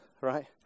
right